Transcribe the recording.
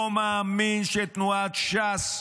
לא מאמין שתנועת ש"ס,